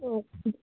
okay